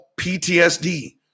PTSD